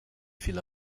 viel